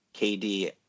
KD